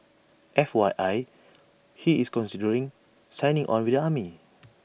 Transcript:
F Y I he's considering signing on with the army